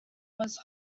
was